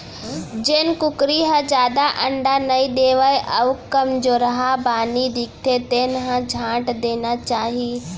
जेन कुकरी ह जादा अंडा नइ देवय अउ कमजोरहा बानी दिखथे तेन ल छांट देना चाही